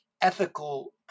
ethical